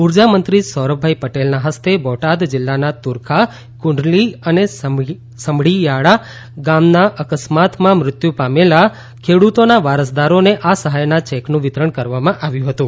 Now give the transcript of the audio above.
ઊર્જામંત્રી સૌરભભાઈ પટેલના હસ્તે બોટાદ જિલ્લાના તુરખા કુંડલી અને સમઢીયાળા ગામના અકસ્માતમાં મૃત્યુ પામેલા ખેડૂતોના વારસદારોને આ સહાયના ચેકનું વિતરણ કરવામાં આવ્યું હતું